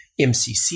MCC